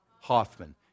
Hoffman